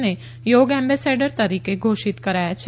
ને યોગ એમ્બેસેડર તરીકે ઘોષિત કરાયા છે